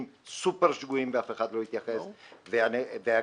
סופר שגויים ואף אחד לא התייחס; ואגב,